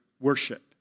worship